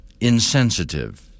insensitive